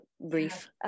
brief